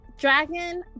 dragon